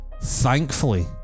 Thankfully